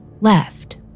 left